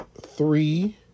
three